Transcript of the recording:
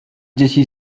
dzieci